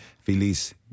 Feliz